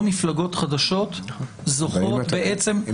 מפלגות חדשות זוכות בעצם --- נכון.